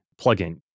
plugin